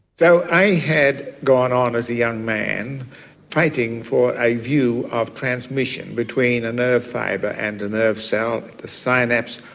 though i had gone on as a young man fighting for a view of transmission between a nerve fibre and a nerve cell, the synapse,